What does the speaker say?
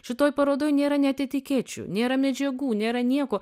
šitoj parodoj nėra net etikečių nėra medžiagų nėra nieko